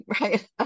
Right